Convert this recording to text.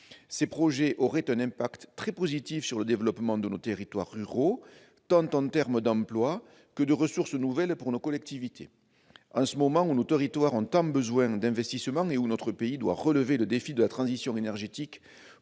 Ils auraient un impact très positif sur le développement de nos territoires ruraux, en termes tant d'emplois que de ressources nouvelles pour nos collectivités. Alors que nos territoires ont tant besoin d'investissements et que notre pays doit relever le défi de la transition énergétique,